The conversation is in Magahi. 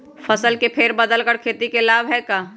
फसल के फेर बदल कर खेती के लाभ है का?